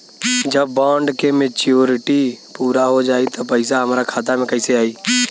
जब बॉन्ड के मेचूरिटि पूरा हो जायी त पईसा हमरा खाता मे कैसे आई?